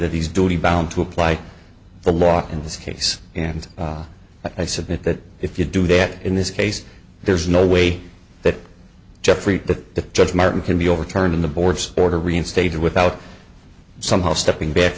that these duty bound to apply the law in this case and i submit that if you do that in this case there's no way that jeffrey that the judge martin can be overturned in the board's order reinstated without somehow stepping back